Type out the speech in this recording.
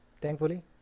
thankfully